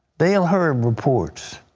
dale hurd reports.